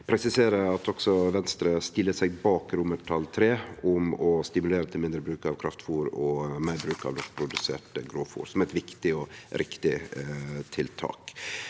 vil presisere at også Venstre stiller seg bak III, om å stimulere til mindre bruk av kraftfôr og meir bruk av norskprodusert grovfôr, som er eit viktig og riktig tiltak.